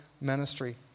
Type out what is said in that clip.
ministry